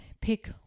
Pick